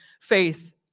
faith